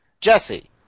Jesse